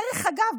דרך אגב,